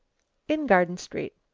in garden street.